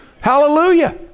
Hallelujah